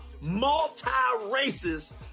multi-races